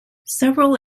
several